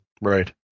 right